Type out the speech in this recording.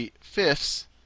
fifths